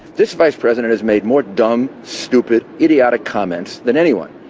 this vice president has made more dumb, stupid idiotic comments than anyone.